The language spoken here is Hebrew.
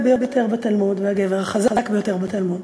ביותר בתלמוד והגבר החזק ביותר בתלמוד,